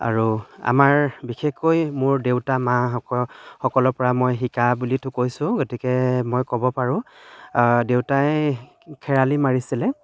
আৰু আমাৰ বিশেষকৈ মোৰ দেউতা মা সক সকলৰ পৰা মই শিকা বুলিতো কৈছোঁ গতিকে মই ক'ব পাৰোঁ দেউতাই খেৰালি মাৰিছিলে